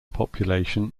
population